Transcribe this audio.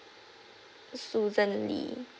susan lee